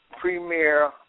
Premier